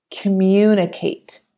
communicate